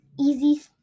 easy